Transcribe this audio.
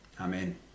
Amen